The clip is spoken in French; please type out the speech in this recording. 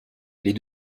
les